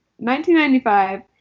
1995